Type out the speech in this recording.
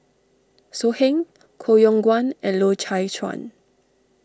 So Heng Koh Yong Guan and Loy Chye Chuan